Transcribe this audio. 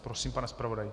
Prosím, pane zpravodaji.